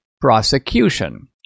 prosecution